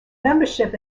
membership